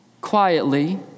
quietly